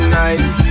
nights